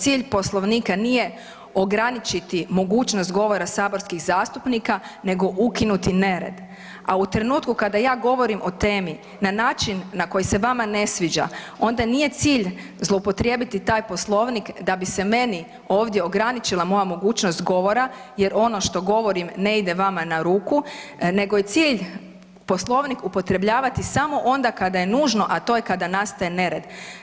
Cilj Poslovnika nije ograničiti mogućnost govora saborskih zastupnika nego ukinuti nered, a u trenutku kada ja govorim o temi na način na koji se vama ne sviđa onda nije cilj zloupotrijebiti taj Poslovnik da bi se meni ovdje ograničila moja mogućnost govora jer ono što govorim ne ide vama na ruku nego je cilj Poslovnik upotrebljavati samo onda kada je nužno, a to je kada nastaje nered.